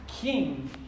king